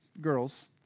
girls